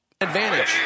Advantage